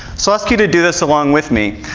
so i'll ask you to do this along with me.